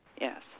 yes